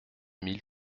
mille